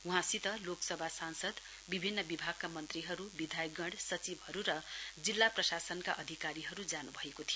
वहाँसित लोकसभा सांसद विभिन्न विभागका मन्त्रीहरु विधायकगण सचिवहरु र जिल्ला प्रशासनका अधिकारीहरु जानुभएको थियो